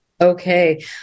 Okay